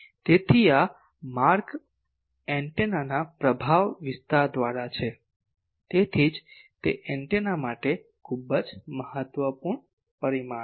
તેથી આ માર્ગ એન્ટેનાના પ્રભાવ વિસ્તાર દ્વારા છે તેથી જ તે એન્ટેના માટે ખૂબ જ મહત્વપૂર્ણ પરિમાણ છે